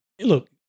look